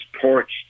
Porch